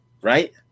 right